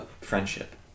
friendship